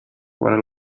what